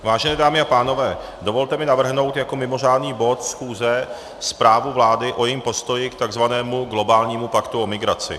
Vážené dámy a pánové, dovolte mi navrhnout jako mimořádný bod schůze zprávu vlády o jejím postoji k takzvanému globálnímu paktu o migraci.